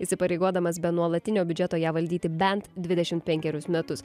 įsipareigodamas be nuolatinio biudžeto ją valdyti bent dvidešimt penkerius metus